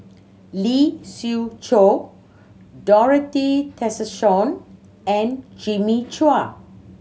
Lee Siew Choh Dorothy Tessensohn and Jimmy Chua